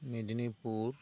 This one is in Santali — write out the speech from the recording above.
ᱢᱮᱫᱽᱱᱤᱯᱩᱨ